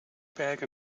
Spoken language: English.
back